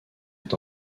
est